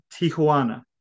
Tijuana